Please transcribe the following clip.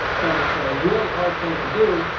and it's a really hard thing to do,